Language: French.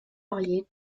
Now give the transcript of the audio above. varié